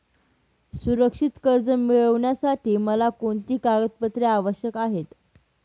सुरक्षित कर्ज मिळविण्यासाठी मला कोणती कागदपत्रे आवश्यक आहेत